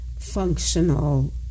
functional